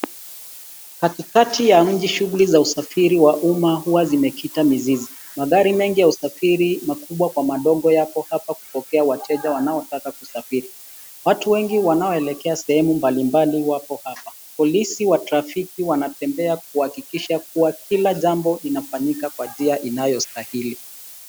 Katikati ya mji, shughuli za usafiri wa umma huwa zimekita mizizi. Magari mengi ya usafiri makubwa kwa madogo yapo hapa kupokea wateja wanaotaka kusafiri. Watu wengi wanaoelekea sehemu mbalimbali wapo hapa. Polisi wa trafiki wanatembea kuhakikisha kuwa kila jambo inafanyika kwa njia inayostahili.